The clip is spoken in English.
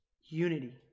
unity